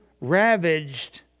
ravaged